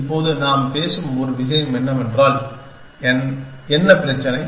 இப்போது நாம் பேசும் ஒரு விஷயம் என்னவென்றால் என்ன பிரச்சினை